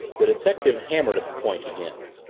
the detective hammered at the point again.